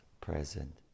present